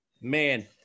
Man